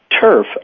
turf